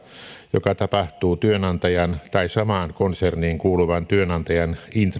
joka tapahtuu työnantajan tai samaan konserniin kuuluvan työnantajan intressissä myös matkakustannusten korvaukset jotka johtuvat työnantajan